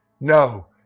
No